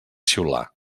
xiular